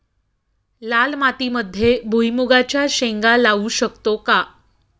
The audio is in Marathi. लाल मातीमध्ये भुईमुगाच्या शेंगा लावू शकतो का?